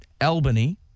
Albany